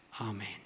Amen